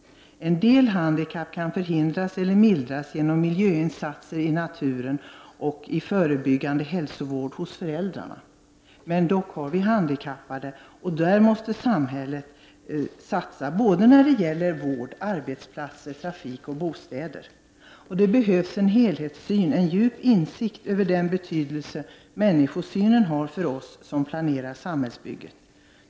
En del handikapp kan förhindras eller mildras genom miljöinsatser i naturen och insatser i förebyggande hälsovård hos föräldrarna. Dock har vi handikappade, och samhället måste handikappanpassas när det gäller vård, arbetsplatser, trafik och bostäder. Det behövs en helhetssyn, en djup insikt i fråga om den betydelse människosynen har för oss som planerar samhällsbygget.